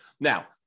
Now